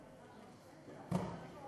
ומתוך הראייה הזאת של הדברים